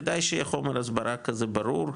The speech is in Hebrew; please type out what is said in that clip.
כדאי שיהיה חומר הסברה כזה ברור,